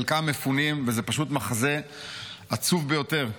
חלקם מפונים, זה פשוט מחזה עצוב ביותר.